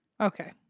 okay